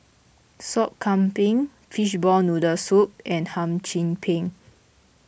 Sop Kambing Fishball Noodle Soup and Hum Chim Peng